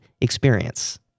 experience